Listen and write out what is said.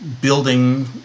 building